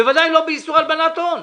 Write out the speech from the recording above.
בוודאי לא באיסור הלבנת הון.